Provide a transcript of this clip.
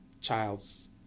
child's